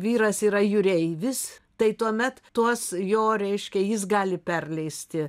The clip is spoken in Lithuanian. vyras yra jūreivis tai tuomet tuos jo reiškia jis gali perleisti